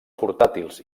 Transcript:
portàtils